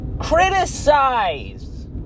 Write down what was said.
Criticize